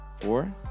four